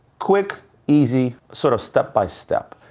quick easy, sort of step by step.